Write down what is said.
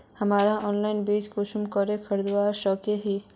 हमरा ऑनलाइन बीज कुंसम करे खरीदवा सको ही?